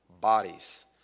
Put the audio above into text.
bodies